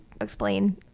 explain